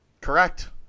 Correct